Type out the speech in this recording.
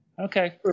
Okay